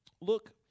look